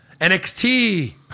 NXT